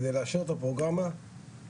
כדי לאשר את הפרוגרמה אז